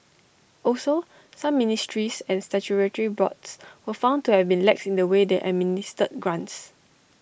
also some ministries and statutory boards were found to have been lax in the way they administered grants